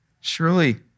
Surely